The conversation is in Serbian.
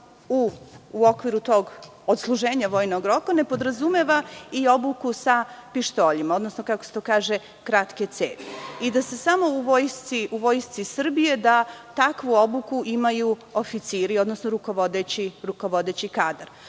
u okviru tog odsluženja vojnog roka ne podrazumeva i obuku sa pištoljima, odnosno kako se to kaže – kratke cevi i da u vojsci Srbije da takvu obuku imaju samo oficiri, odnosno rukovodeći kadar.